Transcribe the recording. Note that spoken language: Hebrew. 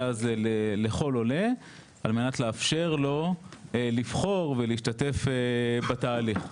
הזה לכל עולה על מנת לאפשר לו לבחור ולהשתתף בתהליך.